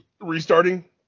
restarting